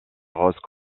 rose